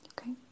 okay